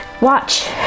Watch